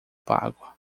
pago